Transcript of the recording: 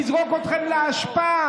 נזרוק אתכם לאשפה.